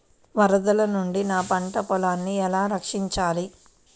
వరదల నుండి నా పంట పొలాలని ఎలా రక్షించాలి?